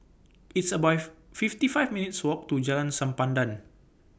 It's about fifty five minutes' Walk to Jalan Sempadan